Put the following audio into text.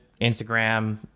instagram